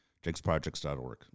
jakesprojects.org